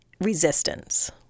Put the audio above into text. resistance